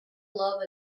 love